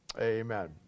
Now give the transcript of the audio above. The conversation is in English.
amen